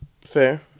fair